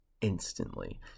instantly